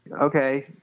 Okay